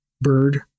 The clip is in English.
bird